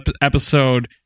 episode